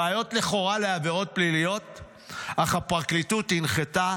ראיות לכאורה לעבירות פליליות, אך הפרקליטות הנחתה